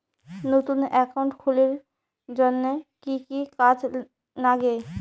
নতুন একাউন্ট খুলির জন্যে কি কি কাগজ নাগে?